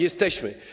Jesteśmy.